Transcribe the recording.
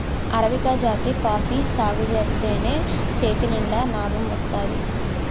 arabica జాతి coffee సాగుజేత్తేనే చేతినిండా నాబం వత్తాది